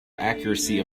accuracy